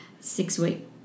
six-week